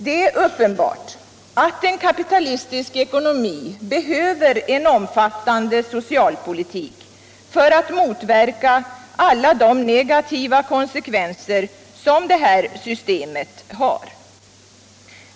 Det är uppenbart att en kapitalistisk ekonomi behöver en omfattande socialpolitik för att motverka alla de negativa konsekvenser som detta system skapar.